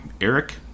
Eric